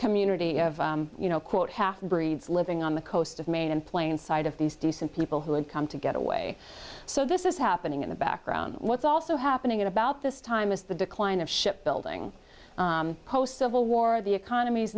community you know quote half breeds living on the coast of maine in plain sight of these decent people who had come to get away so this is happening in the background what's also happening at about this time is the decline of shipbuilding post civil war the economy's